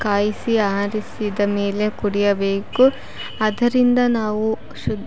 ಕಾಯಿಸಿ ಆರಿಸಿದ ಮೇಲೆ ಕುಡಿಯಬೇಕು ಆದ್ದರಿಂದ ನಾವು ಶುದ್ಧ